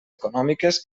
econòmiques